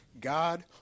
God